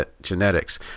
genetics